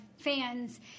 fans